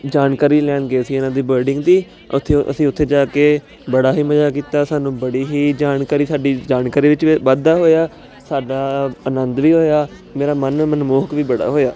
ਜਾਣਕਾਰੀ ਲੈਣ ਗਏ ਸੀ ਇਹਨਾਂ ਦੀ ਬਰਡਿੰਗ ਦੀ ਉਥੇ ਅਸੀਂ ਉਥੇ ਜਾ ਕੇ ਬੜਾ ਹੀ ਮਜ਼ਾ ਕੀਤਾ ਸਾਨੂੰ ਬੜੀ ਹੀ ਜਾਣਕਾਰੀ ਸਾਡੀ ਜਾਣਕਾਰੀ ਵਿੱਚ ਵਾਧਾ ਹੋਇਆ ਸਾਡਾ ਆਨੰਦ ਵੀ ਹੋਇਆ ਮੇਰਾ ਮਨ ਮਨਮੋਹਕ ਵੀ ਬੜਾ ਹੋਇਆ